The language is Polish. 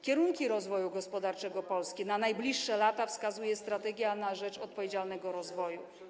Kierunki rozwoju gospodarczego Polski na najbliższe lata wskazuje „Strategia na rzecz odpowiedzialnego rozwoju”